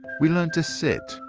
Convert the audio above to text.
we learn to sit,